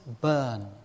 burn